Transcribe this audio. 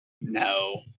No